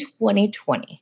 2020